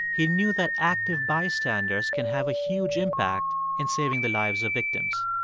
he knew that active bystanders can have a huge impact in saving the lives of victims.